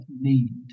need